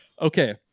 Okay